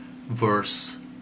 verse